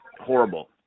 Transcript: horrible